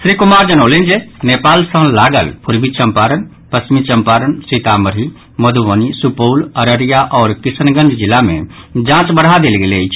श्री कुमार जनौलनि जे नेपाल सँ लागल पूर्वी चम्पारण पश्चिमी चम्पारण सीतामढ़ी मुधबनी सुपौल अररिया आओर किशनगंज जिला मे जांच बढ़ा देल गेल अछि